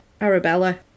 Arabella